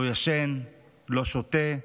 לא ישן, לא שותה,